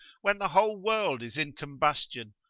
when the whole world is in combustion,